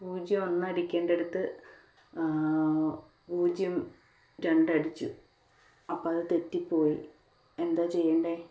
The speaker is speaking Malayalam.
പൂജ്യം ഒന്ന് അടിക്കേണ്ടയിടത്ത് പൂജ്യം രണ്ട് അടിച്ചു അപ്പം അത് തെറ്റിപ്പോയി എന്താ ചെയ്യേണ്ടത്